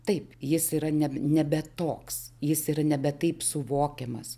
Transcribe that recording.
taip jis yra ne nebe toks jis yra nebe taip suvokiamas